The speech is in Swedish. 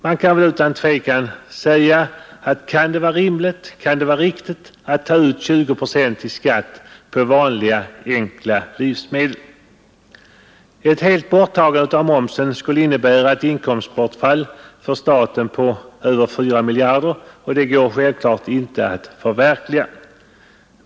Man kan ju fråga om det verkligen kan vara rimligt och riktigt att ta ut 20 procent i skatt på vanliga enkla livsmedel. Ett helt borttagande av momsen skulle innebära ett inkomstbortfall för staten på över 4 miljarder, och det går självfallet inte att förverkliga.